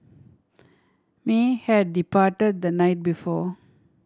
may had departed the night before